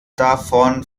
davon